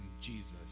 Jesus